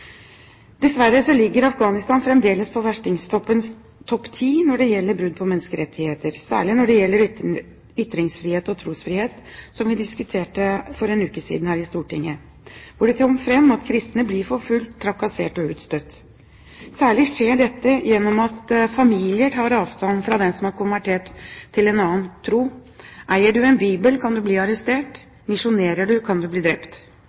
Dessverre ligger Afghanistan fremdeles på verstinglistens topp ti når det gjelder brudd på menneskerettigheter, særlig når det gjelder ytringsfrihet og trosfrihet, som vi diskuterte for en uke siden her i Stortinget. Der kom det fram at kristne blir forfulgt, trakassert og utstøtt. Særlig skjer dette gjennom at familier tar avstand fra den som har konvertert til en annen tro. Eier du en bibel, kan du bli arrestert. Misjonerer du, kan du bli drept.